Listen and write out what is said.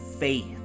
Faith